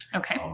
okay.